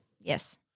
Yes